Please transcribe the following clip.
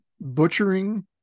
butchering